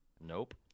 Nope